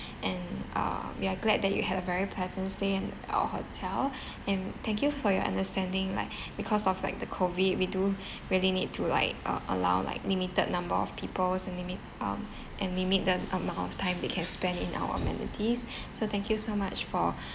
and um we are glad that you had a very pleasant stay in our hotel and thank you for your understanding like because of like the COVID we do really need to like uh allow like limited number of peoples and limit um and limit the amount of time they can spend in our amenities so thank you so much for